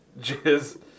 Jizz